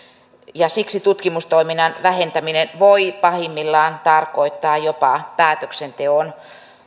ja siksi tutkimustoiminnan vähentäminen voi pahimmillaan tarkoittaa jopa päätöksenteon